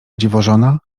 dziwożona